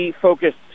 focused